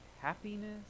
happiness